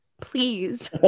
Please